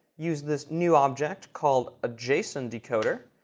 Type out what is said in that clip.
use this new object called a json decoder.